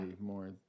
more